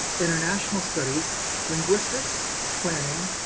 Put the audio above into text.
international studies linguistics, planning,